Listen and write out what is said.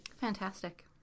Fantastic